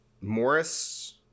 Morris